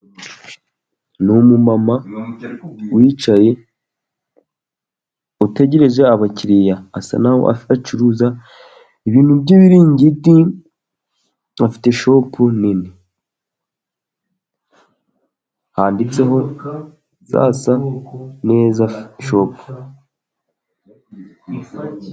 Ni umumama wicaye, utegereje abakiriya, asa naho acuruza ibintu by'ibiringiti, afite shopu nini, handitseho sasa neza shopu.